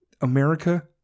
America